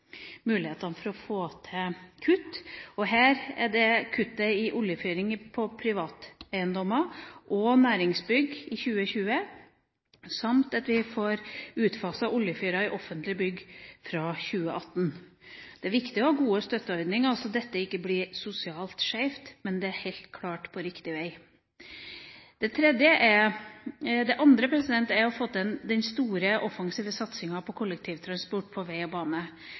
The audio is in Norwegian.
mulighetene for å få til kutt. Her er det kutt i oljefyring på privateiendommer og næringsbygg i 2020, samt at vi får utfaset oljefyring i offentlige bygg fra 2018. Det er viktig å ha gode støtteordninger, sånn at dette ikke blir sosialt skjevt, men man er helt klart på riktig vei. Det andre er å få til en stor, offensiv satsing på kollektivtransport på vei og bane.